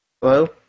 Hello